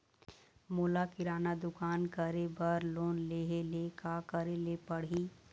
मोला किराना दुकान करे बर लोन लेहेले का करेले पड़ही?